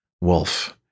wolf